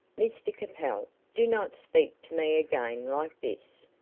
mr capel, do not speak to me again like this.